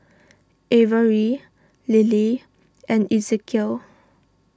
Avery Lilly and Ezekiel